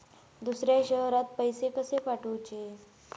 दुसऱ्या शहरात पैसे कसे पाठवूचे?